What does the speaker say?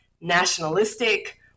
nationalistic